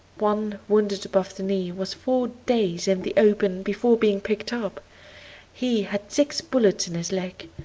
one, wounded above the knee, was four days in the open before being picked up he had six bullets in his leg,